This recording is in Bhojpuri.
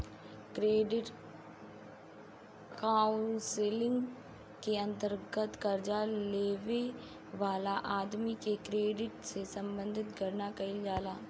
क्रेडिट काउंसलिंग के अंतर्गत कर्जा लेबे वाला आदमी के क्रेडिट से संबंधित गणना कईल जाला